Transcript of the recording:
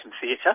theatre